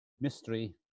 mystery